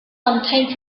sometimes